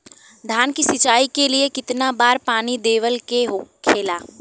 धान की सिंचाई के लिए कितना बार पानी देवल के होखेला?